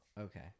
Okay